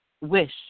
wish